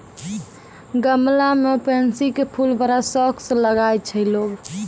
गमला मॅ पैन्सी के फूल बड़ा शौक स लगाय छै लोगॅ